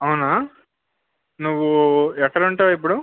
అవునా నువ్వు ఎక్కడ ఉంటావు ఇప్పుడు